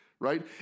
right